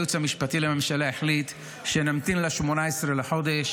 אבל כנראה שהייעוץ המשפטי לממשלה החליט שנמתין ל-18 לחודש.